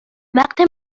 وقت